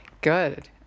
good